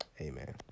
Amen